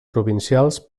provincials